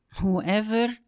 Whoever